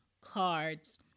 cards